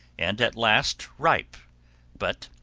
and at last ripe but,